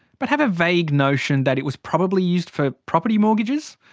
but have a vague notion that it was probably used for property mortgages.